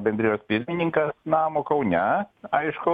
bendrijos pirmininkas namo kaune aišku